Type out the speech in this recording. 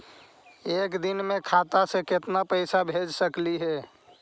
एक दिन में खाता से केतना पैसा भेज सकली हे?